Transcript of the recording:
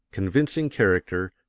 convincing character,